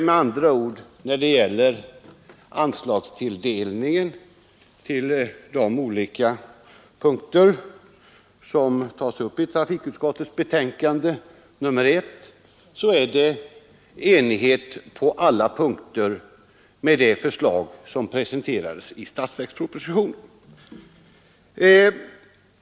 Med andra ord: I fråga om anslagstilldelningen till de olika vägändamål som tas upp i trafikutskottets betänkande nr 1 är vi helt ense om att följa de förslag som presenterats i statsverkspropositionen.